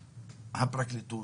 הפרקליטות,